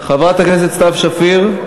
חברת הכנסת סתיו שפיר,